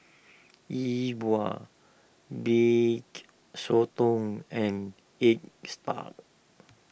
Yi Bua B Sotong and Egg Spa